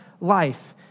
life